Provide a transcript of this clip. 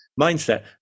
mindset